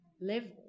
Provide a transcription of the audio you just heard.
level